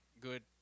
good –